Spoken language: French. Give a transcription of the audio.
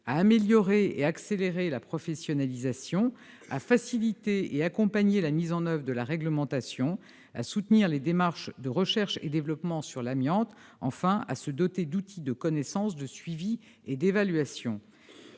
à améliorer et à accélérer la professionnalisation, à faciliter et à accompagner la mise en oeuvre de la réglementation, à soutenir les démarches de recherche et développement sur l'amiante et à se doter d'outils de connaissances, de suivi et d'évaluation.